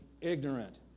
ignorant